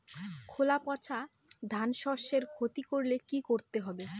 খোলা পচা ধানশস্যের ক্ষতি করলে কি করতে হবে?